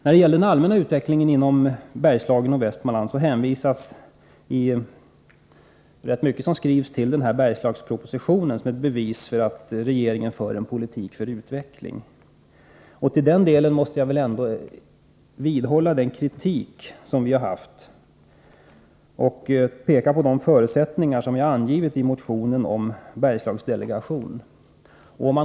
När det gäller den allmänna utvecklingen inom Bergslagen och Västmanland skrivs det i Bergslagspropositionen rätt mycket om att regeringen för en politik som innebär utveckling. Men härvidlag måste jag ändå vidhålla vår kritik och peka på de förutsättningar som anges i motionen om Bergslagsdelegationen.